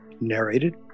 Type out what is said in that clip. narrated